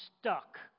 stuck